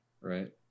right